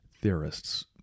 theorists